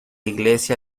iglesia